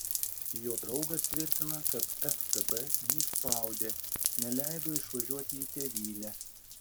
jo draugas tvirtina kad ftb jį spaudė neleido išvažiuoti į tėvynę